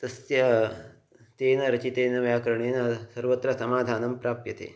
तस्य तेन रचितेन व्याकरणेन सर्वत्र समाधानं प्राप्यते